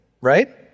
right